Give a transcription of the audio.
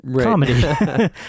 comedy